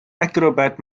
acrobat